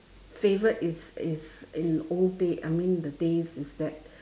favourite is is in old day I mean the days is that